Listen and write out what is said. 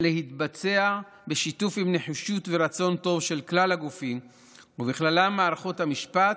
להתבצע בשיתוף עם נחישות ורצון טוב של כלל הגופים ובכללם מערכות המשפט,